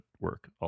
work